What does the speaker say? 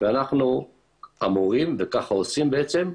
ואנחנו אמורים, וככה עושים בעצם,